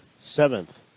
seventh